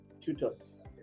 Tutors